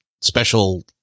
special